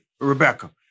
Rebecca